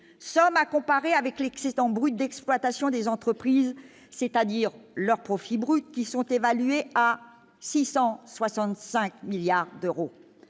somme à comparer avec l'excédent brut d'exploitation des entreprises, c'est-à-dire leur profits bruts qui sont évalués à 665 milliards d'euros